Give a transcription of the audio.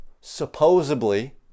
supposedly